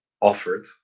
offered